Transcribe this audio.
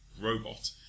robot